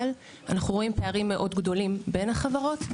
אבל, אנחנו רואים פערים מאוד גדולים בין החברות.